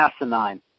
asinine